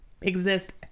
exist